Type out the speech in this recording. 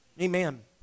Amen